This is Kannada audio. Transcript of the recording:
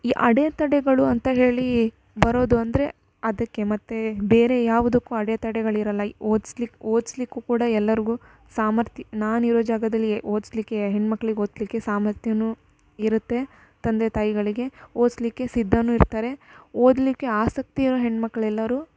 ಈ ಅಡೆ ತಡೆಗಳು ಅಂತ ಹೇಳೀ ಬರೋದು ಅಂದರೆ ಅದಕ್ಕೆ ಮತ್ತು ಬೇರೆ ಯಾವುದಕ್ಕೂ ಅಡೆತಡೆಗಳಿರೋಲ್ಲ ಓದಿಸ್ಲಿಕ್ ಓದಿಸ್ಲಿಕ್ಕು ಕೂಡ ಎಲ್ಲರಿಗು ಸಾಮರ್ಥ್ಯ ನಾನು ಇರೋ ಜಾಗದಲ್ಲಿ ಓದಿಸ್ಲಿಕ್ಕೆ ಹೆಣ್ಮಕ್ಳಿಗೆ ಓದಲಿಕ್ಕೆ ಸಾಮರ್ಥ್ಯನೂ ಇರುತ್ತೆ ತಂದೆ ತಾಯಿಗಳಿಗೆ ಓದಿಸ್ಲಿಕ್ಕೆ ಸಿದ್ದ ಇರ್ತಾರೆ ಓದಲಿಕ್ಕೆ ಆಸಕ್ತಿ ಇರೊ ಹೆಣ್ಮಕ್ಳು ಎಲ್ಲರೂ